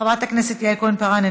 חברת הכנסת יעל כהן-פארן,